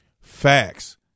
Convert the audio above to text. Facts